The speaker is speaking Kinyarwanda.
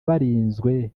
barinzwe